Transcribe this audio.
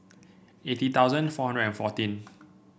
eighty thousand four hundred and fourteen